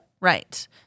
Right